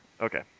Okay